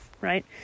right